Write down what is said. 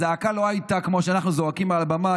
הזעקה לא הייתה כמו שאנחנו זועקים על הבמה,